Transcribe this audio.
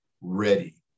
ready